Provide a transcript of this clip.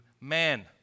man